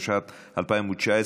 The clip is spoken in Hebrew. התשע"ט 2019,